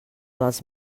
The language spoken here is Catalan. dels